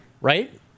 Right